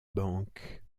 banque